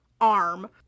arm